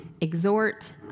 exhort